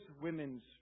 women's